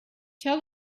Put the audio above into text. tell